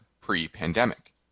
pre-pandemic